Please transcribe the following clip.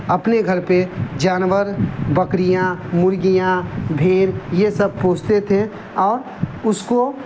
اپنے گھر پہ جانور بکریاں مرغیاں بھیڑ یہ سب پوستے تھے اور اس کو